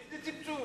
איזה צמצום?